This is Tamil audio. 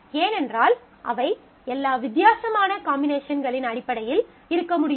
ஏனென்றால் அவை எல்லா வித்தியாசமான காம்பினேஷன்களின் அடிப்படையில் இருக்க முடியும்